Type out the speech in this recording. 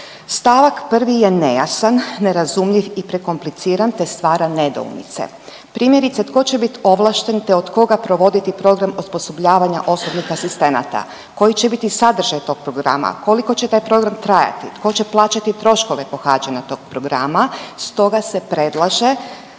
Stavak 1. je nejasan, nerazumljiv i prekompliciran te stvara nedoumice, primjerice tko će biti ovlaštena te od koga provoditi program osposobljavanja osobnih asistenata, koji će biti sadržaj tog programa, koliko će taj program trajati, tko će plaćati troškove pohađanja tog programa. Stoga se predlaže